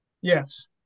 Yes